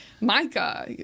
Micah